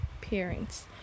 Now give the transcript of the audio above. parents